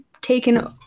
taken